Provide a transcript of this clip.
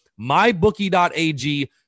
Mybookie.ag